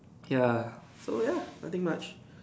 ya so ya nothing much